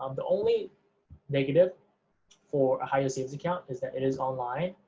um the only negative for a high-yield savings account is that it is online,